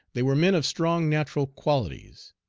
they were men of strong natural qualities.